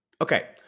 Okay